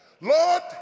Lord